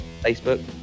Facebook